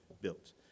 built